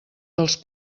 dels